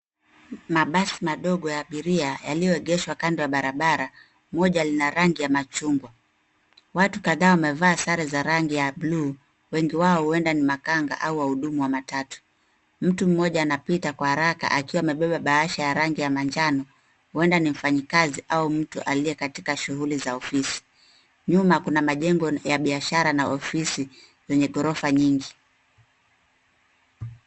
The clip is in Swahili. Mabasi madogo ya abiria yaliyoegeshwa kando ya barabara. Moja lina rangi ya machungwa. Watu kadhaa wamevaa sare za rangi ya blue , wengi wao huenda ni makanga au wahudumu wa matatu. Mtu mmoja anapita kwa haraka akiwa amebeba bahasha ya rangi ya manjano, huenda ni mfanyikazi au mtu aliye na shughuli za ofisi. Nyuma kuna majengo ya biashara na ofisi yenye ghorofa nyingi.